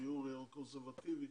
גיור קונסרבטיבי,